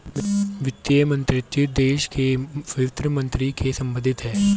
वित्त मंत्रीत्व देश के वित्त मंत्री से संबंधित है